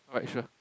right sure